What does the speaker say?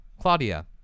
Claudia